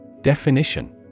Definition